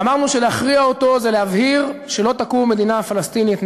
ואמרנו שלהכריע אותו זה להבהיר שלא תקום מדינה פלסטינית,